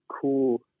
cool